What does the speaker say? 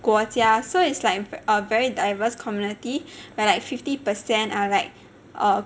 err 国家 so it's like a very diverse community but like fifty percent or like err